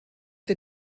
the